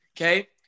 okay